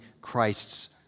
Christ's